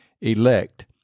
elect